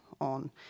on